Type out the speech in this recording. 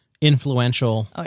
influential